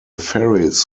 ferries